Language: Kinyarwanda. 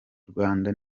rwanda